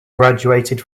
graduated